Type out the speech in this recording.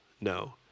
No